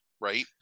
right